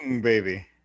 baby